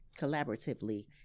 collaboratively